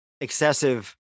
excessive